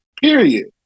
Period